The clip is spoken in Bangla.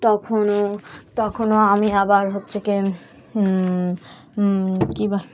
তখনও তখনও আমি আবার হচ্ছে ক কী